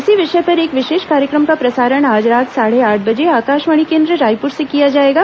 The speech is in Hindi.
इसी विषय पर एक विशेष कार्यक्रम का प्रसारण आज रात साढे आठ बजे आकाशवाणी केन्द्र रायपुर से किया जाएगा